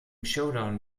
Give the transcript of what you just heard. showdown